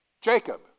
Jacob